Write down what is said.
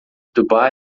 dubai